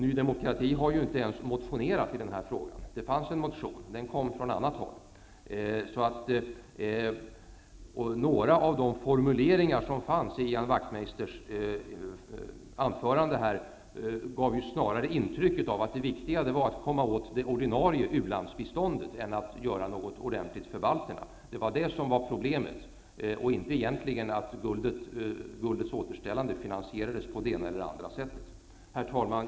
Ny demokrati har inte ens motionerat i den här frågan. Det finns en motion, men den har kommit från annat håll. Några av formuleringarna i Ian Wachtmeisters anförande här ger snarare ett intryck av att det är viktigare att komma åt det ordinarie u-landsbiståndet än att göra något ordentligt för balterna. Det var det som var problemet -- inte att återställandet av guldet finansierades på det ena eller det andra sättet. Herr talman!